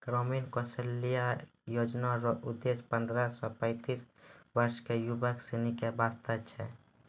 ग्रामीण कौशल्या योजना रो उद्देश्य पन्द्रह से पैंतीस वर्ष के युवक सनी के वास्ते छै